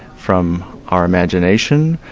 from our imagination,